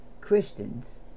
Christians